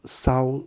烧